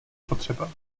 potřeba